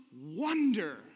wonder